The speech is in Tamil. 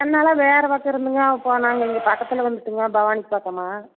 அதனால் வேறு பக்கம் இருந்துங்க போனாங்க இங்கே பக்கத்தில் வந்துட்டுங்க பவானி பக்கமாக